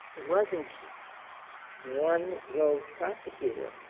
it wasn't one rogue prosecutor.